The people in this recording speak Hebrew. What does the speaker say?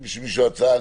אם יש למישהו הצעה,